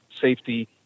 safety